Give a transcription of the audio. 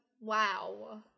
wow